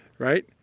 right